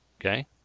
Okay